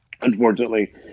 unfortunately